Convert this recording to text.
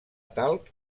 talc